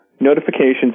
notifications